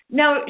now